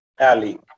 ali